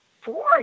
four